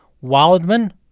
Wildman